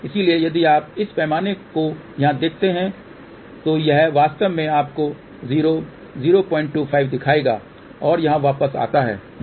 इसलिए यदि आप इस पैमाने को यहाँ देखते हैं तो यह वास्तव में आपको 0 025 दिखाएगा और यहाँ वापस आता है जो 05 है